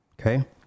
okay